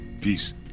Peace